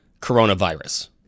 coronavirus